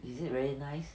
is it very nice